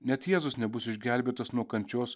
net jėzus nebus išgelbėtas nuo kančios